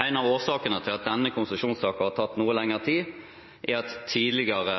En av årsakene til at denne konsesjonssaken har tatt noe lengre tid, er at tidligere